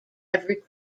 every